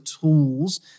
tools